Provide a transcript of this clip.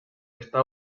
está